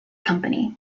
company